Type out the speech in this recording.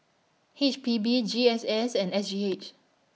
H P B G S S and S G H